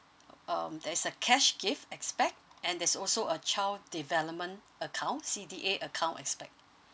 um there's a cash gift aspect and there's also a child development account C_D_A account aspect